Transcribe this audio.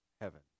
heaven